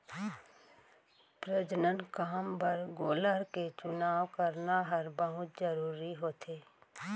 प्रजनन काम बर गोलर के चुनाव करना हर बहुत जरूरी होथे